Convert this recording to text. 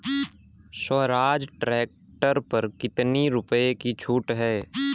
Swaraj tractor पर कितनी रुपये की छूट है?